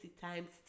times